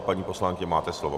Paní poslankyně, máte slovo.